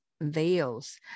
veils